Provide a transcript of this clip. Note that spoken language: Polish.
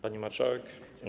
Pani Marszałek!